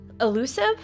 elusive